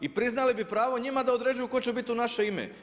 I priznali bi pravo njima da određuju tko će biti u naše ime.